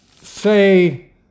say